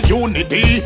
unity